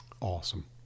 Awesome